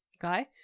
guy